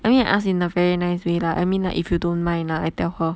I mean I asked in a very nice way lah I mean like if you don't mind lah I tell her